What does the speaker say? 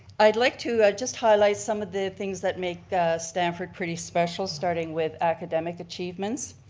i'd like to just highlight some of the things that make stamford pretty special starting with academic achievements.